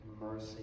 mercy